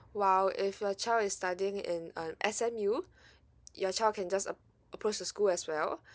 while if your child is studying in um S_M_U your child can just ap~ approach the school as well